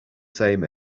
same